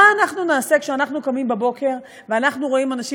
מה אנחנו נעשה כשאנחנו קמים בבוקר ורואים אנשים,